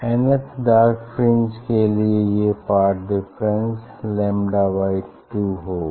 N थ dark fringe के लिए ये पाथ डिफरेंस लैम्डा बाई 2 होगा